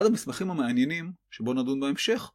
עד המסמכים המעניינים, שבו נדון בהמשך.